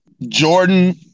Jordan